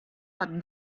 but